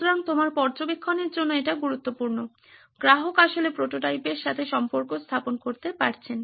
সুতরাং তোমার পর্যবেক্ষণের জন্য এটি গুরুত্বপূর্ণ গ্রাহক আসলে প্রোটোটাইপের সাথে সম্পর্ক স্থাপন করতে পারছেন